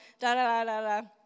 da-da-da-da-da